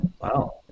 Wow